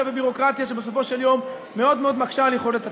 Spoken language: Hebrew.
וביורוקרטיה שבסופו של יום מאוד מאוד מקשה על יכולת התפקוד.